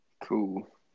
Cool